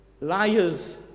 liars